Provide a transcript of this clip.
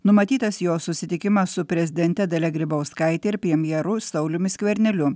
numatytas jo susitikimą su prezidente dalia grybauskaitė ir premjeru sauliumi skverneliu